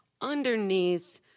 underneath